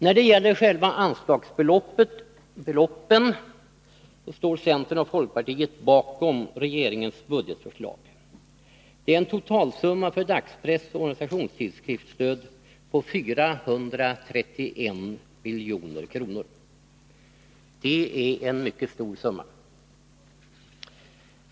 När det gäller själva anslagsbeloppen står centern och folkpartiet bakom regeringens budgetförslag — en totalsumma för dagspressoch organisationstidskriftsstödet på 431 milj.kr. Det är en mycket stor summa.